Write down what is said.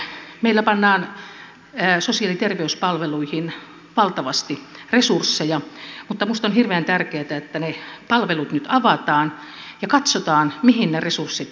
meillä pannaan sosiaali ja terveyspalveluihin valtavasti resursseja mutta minusta on hirveän tärkeätä että ne palvelut nyt avataan ja katsotaan mihin ne resurssit sijoittuvat